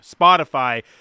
Spotify